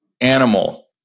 animal